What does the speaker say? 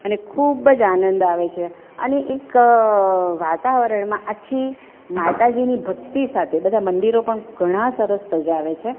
અને ખૂબ જ આનંદ આવે છે અને એક વાતાવરણમાં આખી માતાજીની ભક્તિ સાથે બધા મંદિરો પણ ઘણાં સરસ સજાવે છે